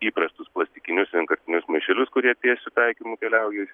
įprastus klasikinius vienkartinius maišelius kurie tiesiu taikymu keliauja